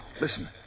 Listen